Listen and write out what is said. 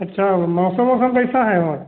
अच्छा व मौसम औसम कैसा है वहाँ